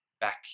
back